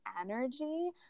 energy